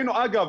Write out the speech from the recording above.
אגב,